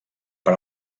per